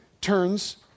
turns